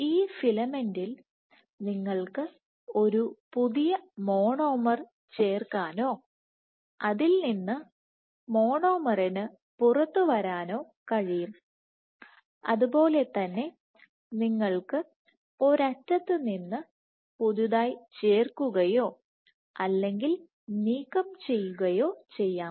ഈ ഫിലമെന്റിൽ നിങ്ങൾക്ക് ഒരു പുതിയ മോണോമർ ചേർക്കാനോ അതിൽ നിന്ന് മോണോമറിന് പുറത്തുവരാനോ കഴിയും അതുപോലെ തന്നെ നിങ്ങൾക്ക് ഒരറ്റത്ത് നിന്ന് പുതുതായി ചേർക്കുകയോ അല്ലെങ്കിൽ നീക്കം ചെയ്യുകയോ ചെയ്യാം